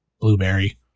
blueberry